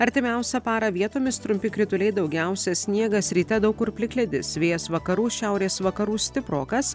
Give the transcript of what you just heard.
artimiausią parą vietomis trumpi krituliai daugiausia sniegas ryte daug kur plikledis vėjas vakarų šiaurės vakarų stiprokas